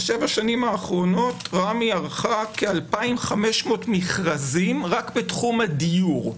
בשבע השנים האחרונות רמ"י ערכה כ-2,500 מכרזים רק בתחום הדיור.